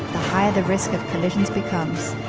the higher the risk of collisions becomes.